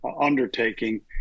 undertaking